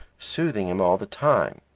soothing him all the time.